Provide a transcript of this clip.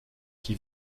qui